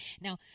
Now